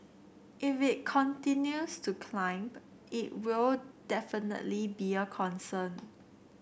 if it continues to climb it will definitely be a concern